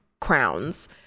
crowns